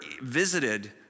visited